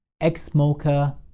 ex-smoker